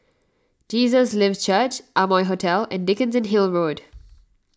Jesus Lives Church Amoy Hotel and Dickenson Hill Road